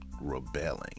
rebelling